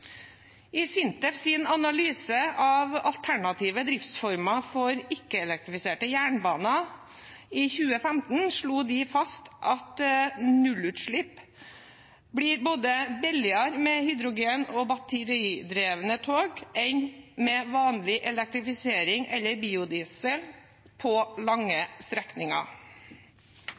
analyse av alternative driftsformer for ikke-elektrifiserte jernbaner i 2015 ble det slått fast at nullutslipp blir billigere med både hydrogen- og batteridrevne tog enn med vanlig elektrifisering eller biodiesel på lange strekninger.